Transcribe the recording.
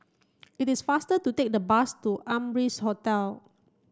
it is faster to take the bus to Amrise Hotel